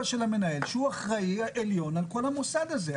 של המנהל שהוא אחראי העליון על כל המוסד הזה.